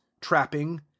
trapping